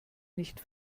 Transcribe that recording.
nicht